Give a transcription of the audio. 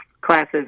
classes